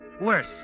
Worse